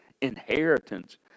inheritance